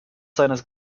seines